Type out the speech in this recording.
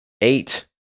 eight